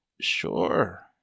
sure